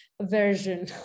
version